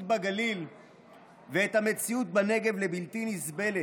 בגליל ואת המציאות בנגב לבלתי נסבלת.